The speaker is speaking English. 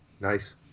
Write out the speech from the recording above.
Nice